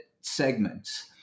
segments